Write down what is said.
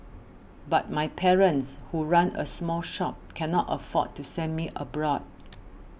but my parents who run a small shop cannot afford to send me abroad